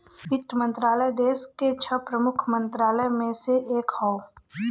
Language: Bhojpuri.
वित्त मंत्रालय देस के छह प्रमुख मंत्रालय में से एक हौ